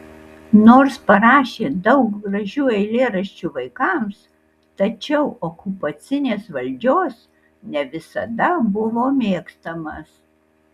nors parašė daug gražių eilėraščių vaikams tačiau okupacinės valdžios ne visada buvo mėgstamas